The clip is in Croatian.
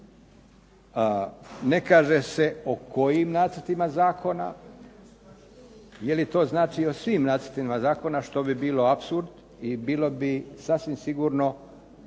Ne kaže se o kojim nacrtima zakona, je li to znači i o svim nacrtima zakona što bi bilo apsurd i bilo bi sasvim sigurno